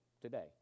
today